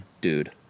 dude